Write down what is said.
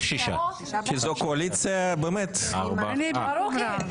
כי זו קואליציה באמת מעורערת.